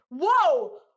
Whoa